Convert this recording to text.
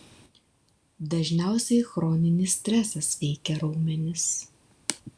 dažniausiai chroninis stresas veikia raumenis